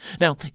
Now